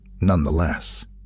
Nonetheless